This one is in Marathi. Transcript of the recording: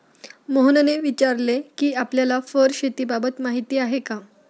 मोहनने विचारले कि आपल्याला फर शेतीबाबत माहीती आहे का?